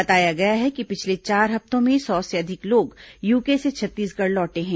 बताया गया है कि पिछले चार हफ्तों में सौ से अधिक लोग यूके से छत्तीसगढ़ लौटे हैं